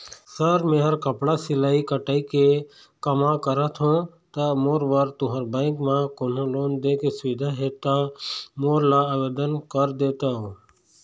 Sir मेहर कपड़ा सिलाई कटाई के कमा करत हों ता मोर बर तुंहर बैंक म कोन्हों लोन दे के सुविधा हे ता मोर ला आवेदन कर देतव?